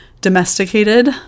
domesticated